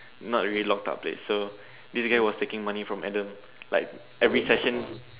not really locked up place so this guy was taking money from Adam like every session